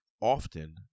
often